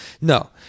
No